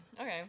Okay